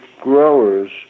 growers